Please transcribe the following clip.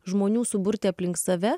žmonių suburti aplink save